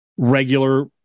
regular